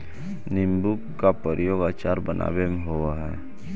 नींबू का प्रयोग अचार बनावे ला होवअ हई